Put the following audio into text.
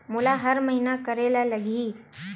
मोला हर महीना करे ल लगही?